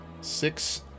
six